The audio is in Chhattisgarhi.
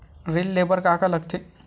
ऋण ले बर का का लगथे?